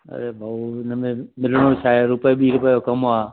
अरे भाऊ हिन में मिलंदो छाए रुपिए ॿी रुपिए जो कमु आहे